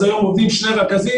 אז היום עובדים שני רכזים.